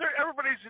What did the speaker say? everybody's